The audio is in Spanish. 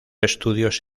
estudios